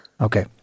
Okay